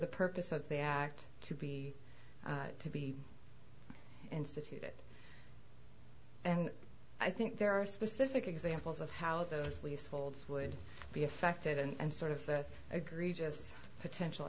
the purpose of the act to be to be instituted and i think there are specific examples of how those leaseholds would be affected and sort of the agree just potential